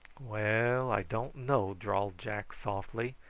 well, i don't know, drawled jack softly.